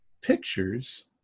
pictures